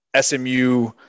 SMU